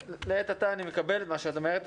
לעת עתה אני מקבל את מה שאת אומרת.